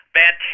bad